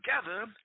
together